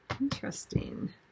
Interesting